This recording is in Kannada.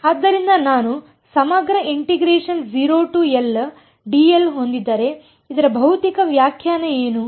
ಆದ್ದರಿಂದ ನಾನು ಸಮಗ್ರ ಹೊಂದಿದ್ದರೆ ಇದರ ಭೌತಿಕ ವ್ಯಾಖ್ಯಾನ ಏನು